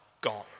gone